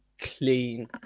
clean